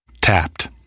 Tapped